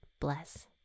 bless